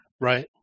Right